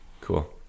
cool